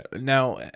Now